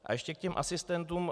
A ještě k těm asistentům.